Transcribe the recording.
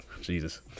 Jesus